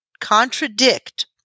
contradict